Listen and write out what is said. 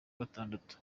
gatandatu